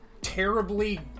terribly